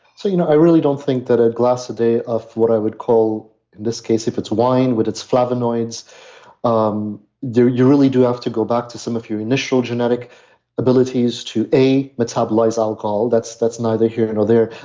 so, you know i really don't think that a glass a day of what i would call, in this case, if it's wine with its flavonoids um you really do have to go back to some of your initial genetic abilities to a, metabolize alcohol that's that's neither here nor there,